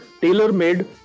tailor-made